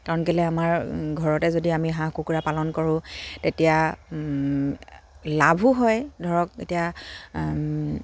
কাৰণ কেলৈ আমাৰ ঘৰতে যদি আমি হাঁহ কুকুৰা পালন কৰোঁ তেতিয়া লাভো হয় ধৰক এতিয়া